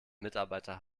mitarbeiter